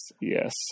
yes